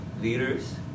leaders